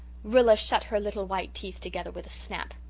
rilla shut her little white teeth together with a snap.